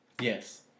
Yes